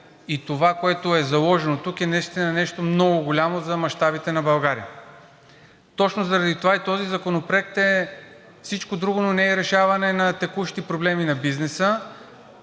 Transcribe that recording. Това, което е заложено, тук е наистина нещо много голямо за мащабите на България. Точно заради това и този законопроект е всички друго, но не и решаване на текущи проблеми на бизнеса.